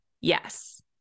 yes